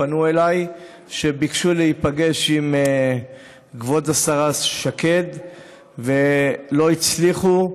כשפנו אליי וביקשו להיפגש עם כבוד השרה שקד ולא הצליחו,